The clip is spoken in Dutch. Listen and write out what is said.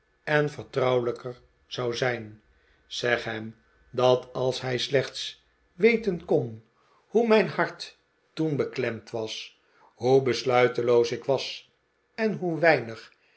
en vertrouwelijker zou zijn zeg hem dat als hij slechts weten kon hoe mijn hart toen beklemd was hoe besluiteloos ik was en hoe weinig